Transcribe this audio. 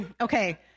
okay